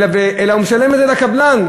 אלא הוא משלם את זה לקבלן,